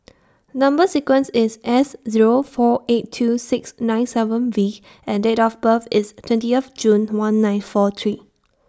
Number sequence IS S Zero four eight two six nine seven V and Date of birth IS twenty of June one nine four three